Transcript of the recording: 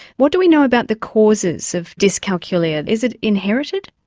what do we know about the causes of dyscalculia, is it inherited?